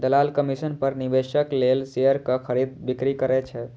दलाल कमीशन पर निवेशक लेल शेयरक खरीद, बिक्री करै छै